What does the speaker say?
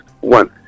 one